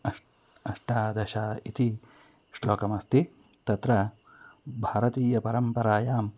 अष्ट अष्टादश इति श्लोकमस्ति तत्र भारतीयपरम्परायां